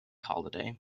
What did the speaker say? holiday